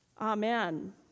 Amen